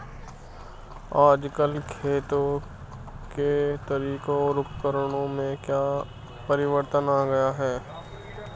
आजकल खेती के तरीकों और उपकरणों में क्या परिवर्तन आ रहें हैं?